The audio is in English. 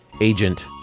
Agent